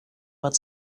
but